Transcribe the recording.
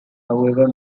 however